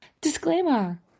Disclaimer